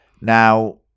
Now